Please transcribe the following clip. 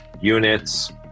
units